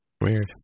Weird